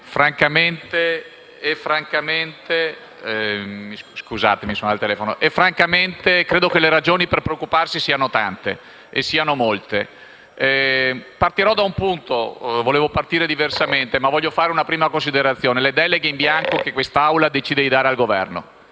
Francamente, credo che le ragioni per preoccuparsi siano molte. Partirò da un punto. Volevo partire diversamente, ma voglio fare una prima considerazione sulle deleghe in bianco che quest'Aula decide di dare al Governo.